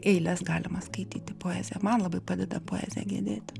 eiles galima skaityti poeziją man labai padeda poezija gedėti